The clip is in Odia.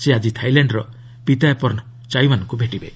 ସେ ଆଜି ଥାଇଲ୍ୟାଣ୍ଡ୍ର ପିତାୟାପର୍ଶ୍ଣ ଚାଇଓ୍ୱାନ୍ଙ୍କୁ ଭେଟିବେ